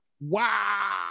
Wow